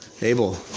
Abel